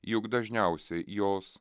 juk dažniausiai jos